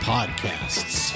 Podcasts